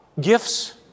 gifts